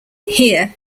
here